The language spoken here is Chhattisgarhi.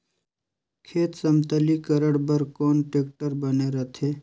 खेत समतलीकरण बर कौन टेक्टर बने रथे?